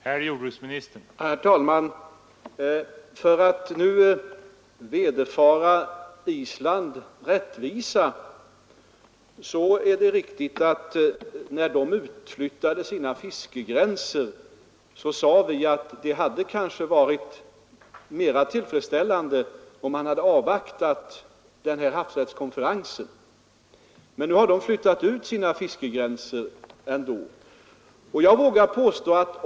Herr talman! För att Island skall vederfaras rättvisa vill jag säga att det är riktigt att vi, när Island flyttade ut sina fiskegränser, sade att det kanske hade varit mer tillfredsställande om man hade avvaktat havsrättskonferensen. Men nu har Island ändå flyttat ut sina fiskegränser.